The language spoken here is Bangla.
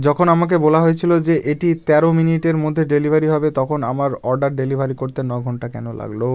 যখন আমাকে বলা হয়েছিল যে এটি তেরো মিনিটের মধ্যে ডেলিভারি হবে তখন আমার অর্ডার ডেলিভারি করতে ন ঘন্টা কেন লাগলো